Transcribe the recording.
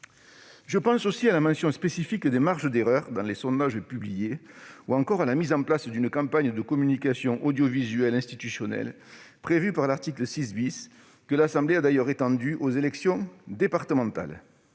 Je pense aussi à la mention spécifique des marges d'erreur dans les sondages publiés, ou encore à la mise en place d'une campagne de communication audiovisuelle institutionnelle prévue par l'article 6 , campagne que l'Assemblée nationale a d'ailleurs étendue aux élections départementales.